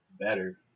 better